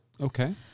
Okay